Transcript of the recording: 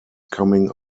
coming